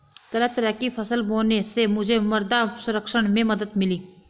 तरह तरह की फसल बोने से मुझे मृदा संरक्षण में मदद मिली